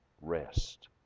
rest